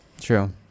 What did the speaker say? True